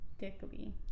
dickly